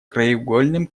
краеугольным